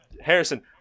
Harrison